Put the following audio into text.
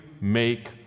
make